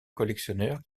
collectionneur